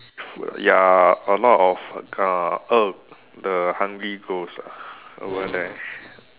food ya a lot of uh oh the hungry ghost ah over there